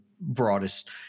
broadest